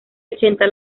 ochenta